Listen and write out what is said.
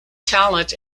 talent